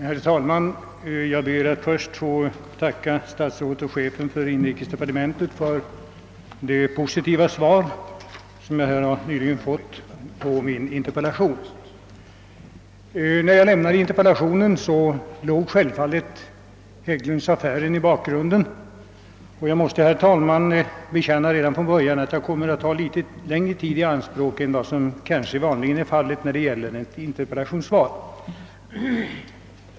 Herr talman! Jag ber att få tacka statsrådet och chefen för inrikesdepartementet för det positiva svar som jag har fått på min interpellation. När jag lämnade interpellationen hade jag självfallet Hägglundsaffären i tankarna, och jag måste, herr talman, re dan från början bekänna att jag kommer att ta litet längre tid i anspråk för mitt anförande än vad sam är vanligt när det gäller ett interpellationssvar.